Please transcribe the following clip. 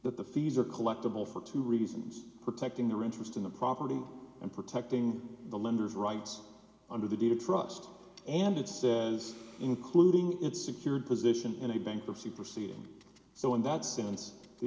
that the fees are collectible for two reasons protecting their interest in the property and protecting the lender's rights under the deed of trust and it says including its secured position in a bankruptcy proceeding so in that sense